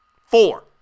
Four